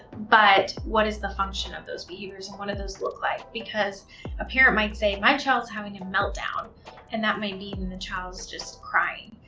but what is the function of those behaviors? and what do those look like? because a parent might say my child is having a meltdown and that may mean the child is just crying.